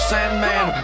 Sandman